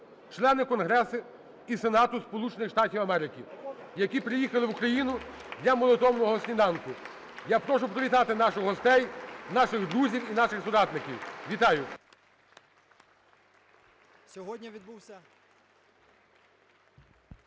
члени Конгресу і Сенату Сполучених Штатів Америки, які приїхали в Україну для Молитовного сніданку. Я прошу привітати наших гостей, наших друзів і наших соратників. Вітаю!